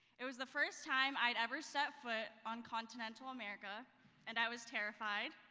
it was the first time i had ever stepped foot on continental america and i was terrified.